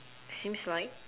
seems like